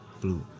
blue